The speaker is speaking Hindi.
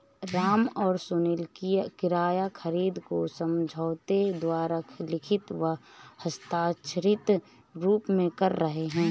राम और सुनील किराया खरीद को समझौते द्वारा लिखित व हस्ताक्षरित रूप में कर रहे हैं